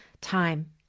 time